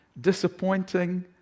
disappointing